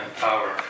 power